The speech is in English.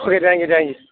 okay thank you thank you